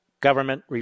Government